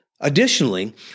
Additionally